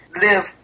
live